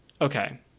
Okay